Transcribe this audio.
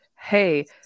Hey